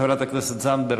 חברת הכנסת זנדברג,